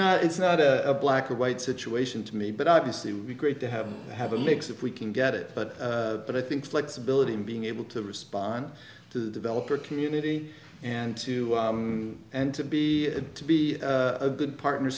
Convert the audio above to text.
not it's not a black or white situation to me but obviously would be great to have have a mix if we can get it but but i think flexibility in being able to respond to the developer community and to and to be to be a good partner